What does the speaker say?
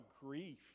grief